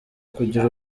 kugira